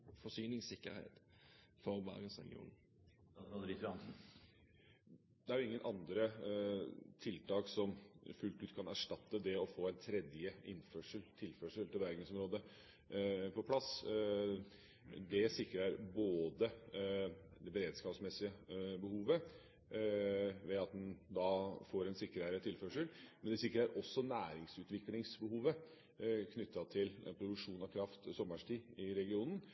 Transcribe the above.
forsyningssikkerhet for Bergensregionen? Det er jo ingen andre tiltak som fullt ut kan erstatte det å få en tredje tilførsel til Bergensområdet på plass. Det sikrer både det beredskapsmessige behovet, ved at en får en sikrere tilførsel, og det sikrer også næringsutviklingsbehovet knyttet til produksjon av kraft sommerstid i regionen.